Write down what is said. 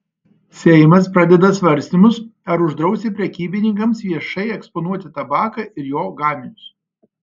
seimas pradeda svarstymus ar uždrausti prekybininkams viešai eksponuoti tabaką ir jo gaminius